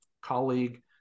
colleague